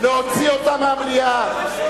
להוציא אותה מהמליאה.